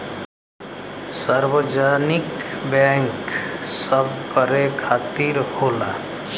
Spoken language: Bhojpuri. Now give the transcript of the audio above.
सार्वजनिक बैंक सबकरे खातिर होला